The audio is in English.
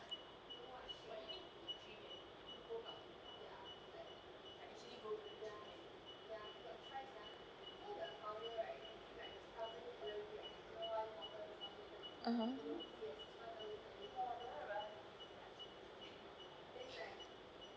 (uh huh)